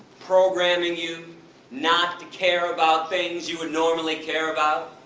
programming you not to care about things you would normally care about.